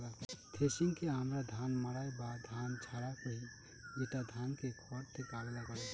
থ্রেশিংকে আমরা ধান মাড়াই বা ধান ঝাড়া কহি, যেটা ধানকে খড় থেকে আলাদা করে